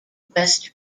west